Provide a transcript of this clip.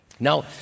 Now